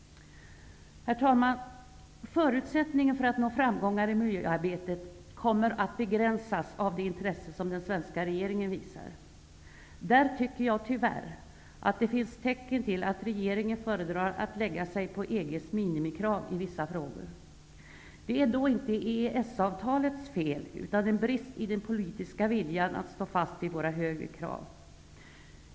Herr talman! Förutsättningen för att nå framgångar inom miljöarbetet kommer att begränsas av det bristande intresse som den svenska regeringen visar. Jag tycker att det tyvärr finns tecken på att regeringen föredrar att lägga sig på EG:s minimikrav i vissa frågor. Detta är inte EES avtalets fel, utan en brist i den politiska viljan att stå fast vid våra högre krav.